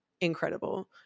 incredible